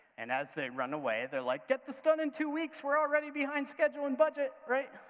and as they run away they're like get this done in two weeks, we're already behind schedule and budget, right?